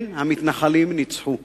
כן, המתנחלים ניצחו.